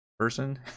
Person